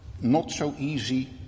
not-so-easy